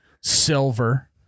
silver